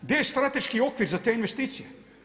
Gdje je strateški okvir za te investicije?